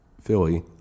Philly